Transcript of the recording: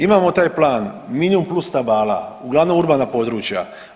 Imamo taj plan milijun plus stabala u glavna urbana područja.